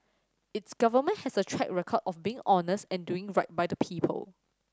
its Government has a track record of being honest and doing right by the people